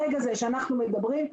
ברגע זה שאנחנו מדברים,